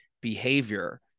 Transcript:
behavior